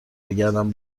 بگردم